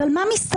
אבל מה מסתבר?